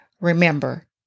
Remember